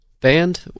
band